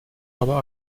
aber